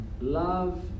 Love